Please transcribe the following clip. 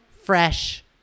fresh